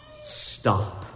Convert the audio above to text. Stop